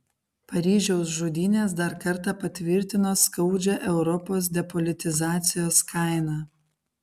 paryžiaus žudynės dar kartą patvirtino skaudžią europos depolitizacijos kainą